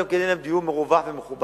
גם יהיה להם דיור מרווח ומכובד.